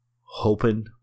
hoping